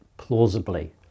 plausibly